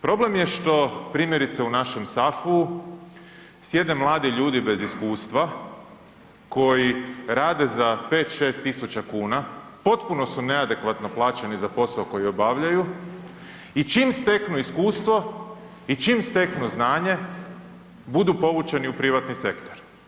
Problem je što primjerice u našem SAF-u sjede mladi ljudi bez iskustva koji rade za 5-6000 kuna, potpuno su neadekvatno plaćeni za posao koji obavljaju i čim steknu iskustvo i čim steknu znanje, budu povučeni u privatni sektor.